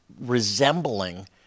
resembling